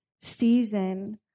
season